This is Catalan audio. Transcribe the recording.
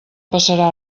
passarà